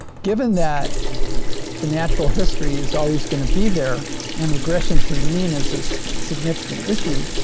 given that the natural history is always gonna be there and regression to the mean is as significant issue,